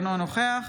אינו נוכח